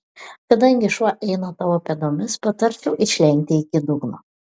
kadangi šuo eina tavo pėdomis patarčiau išlenkti iki dugno